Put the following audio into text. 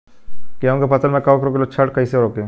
गेहूं के फसल में कवक रोग के लक्षण कईसे रोकी?